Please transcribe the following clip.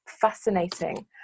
fascinating